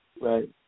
Right